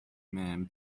man